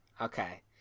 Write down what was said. Okay